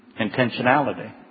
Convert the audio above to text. Intentionality